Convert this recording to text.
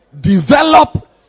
Develop